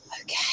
Okay